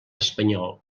espanyol